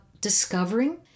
discovering